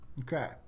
Okay